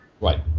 right